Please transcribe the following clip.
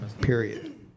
period